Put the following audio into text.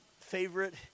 favorite